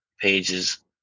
pages